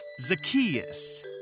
Zacchaeus